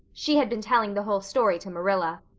she had been telling the whole story to marilla.